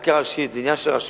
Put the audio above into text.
ייתכן מאוד שכדאי.